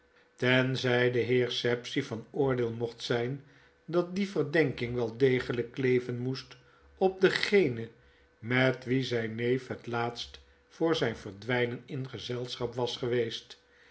tenzfcj de heer sapsea van oordeel mocht zijn dat die verdenking wel degeljjk kleven moest op dengene met wien zgn neef het laatst voor zyn verdwynen in gezelschap was geweest